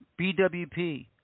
BWP